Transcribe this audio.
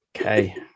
Okay